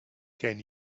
can